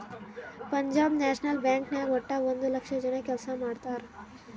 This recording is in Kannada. ಪಂಜಾಬ್ ನ್ಯಾಷನಲ್ ಬ್ಯಾಂಕ್ ನಾಗ್ ವಟ್ಟ ಒಂದ್ ಲಕ್ಷ ಜನ ಕೆಲ್ಸಾ ಮಾಡ್ತಾರ್